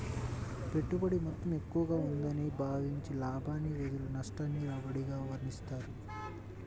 పెట్టుబడి మొత్తం ఎక్కువగా ఉందని భావించి, లాభానికి బదులు నష్టాన్ని రాబడిగా వర్ణిస్తారు